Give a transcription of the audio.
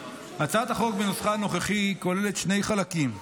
הצעת החוק בנוסחה הנוכחי כוללת שני חלקים.